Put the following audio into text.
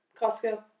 Costco